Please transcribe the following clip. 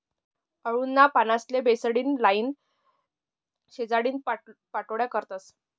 आळूना पानेस्ले बेसनपीट लाईन, शिजाडीन पाट्योड्या करतस